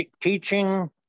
teaching